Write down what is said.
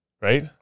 right